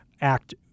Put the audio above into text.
Act